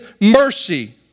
mercy